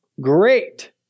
Great